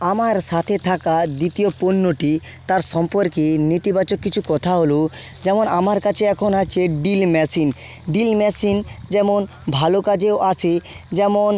আমার সাথে থাকা দ্বিতীয় পণ্যটি তার সম্পর্কে নেতিবাচক কোনো কথা হলো যেমন আমার কাছে এখন আছে ড্রিল ম্যাশিন ড্রিল ম্যাশিন যেমন ভালো কাজেও আসে যেমন